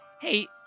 Hey